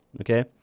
Okay